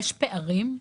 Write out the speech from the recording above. יש פערים?